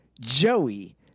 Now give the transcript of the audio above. Joey